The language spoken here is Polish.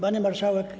Pani Marszałek!